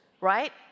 right